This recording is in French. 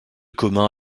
commun